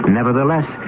Nevertheless